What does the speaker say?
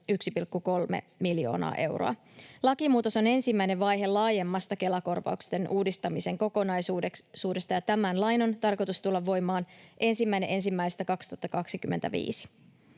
1,3 miljoonaa euroa. Lakimuutos on ensimmäinen vaihe laajemmasta Kela-korvausten uudistamisen kokonaisuudesta, ja tämän lain on tarkoitus tulla voimaan 1.1.2025.